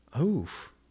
Oof